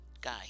guy